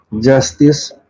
Justice